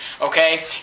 okay